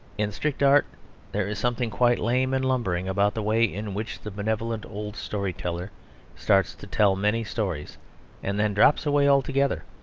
in strict art there is something quite lame and lumbering about the way in which the benevolent old story-teller starts to tell many stories and then drops away altogether,